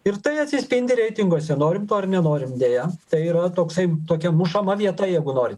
ir tai atsispindi reitinguose norim to ar nenorim deja tai yra toksai tokia mušama vieta jeigu norit